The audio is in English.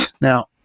Now